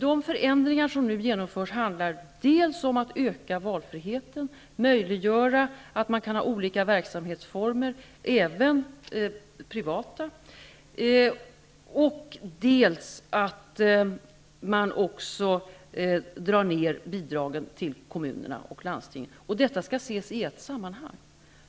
De förändringar som nu genomförs handlar dels om att öka valfriheten, möjliggöra att man kan ha olika verksamhetsformer, även privata, dels också om att minska bidragen till kommunerna och landstingen. Detta skall ses i ett sammanhang.